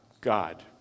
God